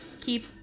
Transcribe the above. keep